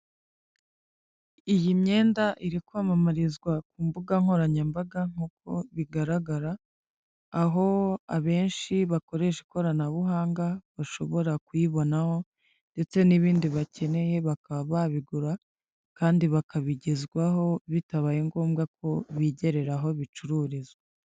Iyi myenda iri kwamamarizwa ku mbuga nkoranyambaga nk'uko bigaragara, aho abenshi bakoresha ikoranabuhanga bashobora kuyibonaho ndetse n'ibindi bakeneye bakaba babigura, kandi bakabigezwaho bitabaye ngombwa ko bigerera aho bicururizwa.